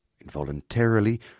Involuntarily